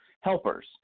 helpers